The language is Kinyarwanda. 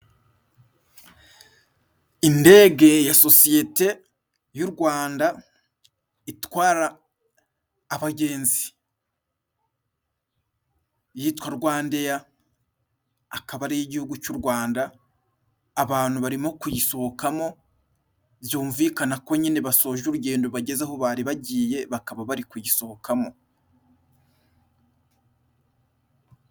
Indege ya sosiyete y'u Rwanda, itwara abagenzi ,yitwa Rwandeya akaba ari iy' igihugu c'u rwanda abantu barimo kuyishokamo byumvikana ko nyine bashoje urugendo bageze aho bari bagiye bakaba bari kugisohokamo.